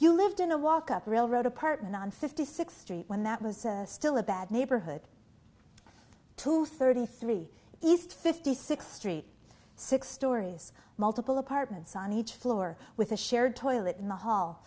you lived in a walk up railroad apartment on fifty six street when that was still a bad neighborhood two thirty three east fifty sixth street six stories multiple apartments on each floor with a shared toilet in the hall